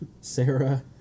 Sarah